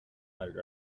might